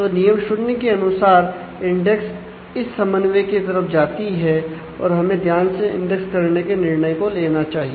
तो नियम 0 के अनुसार इंडेक्स इस समन्वय की तरफ जाती है और हमें ध्यान से इंडेक्स करने के निर्णय को लेना चाहिए